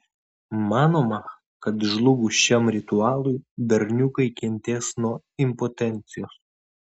manoma kad žlugus šiam ritualui berniukai kentės nuo impotencijos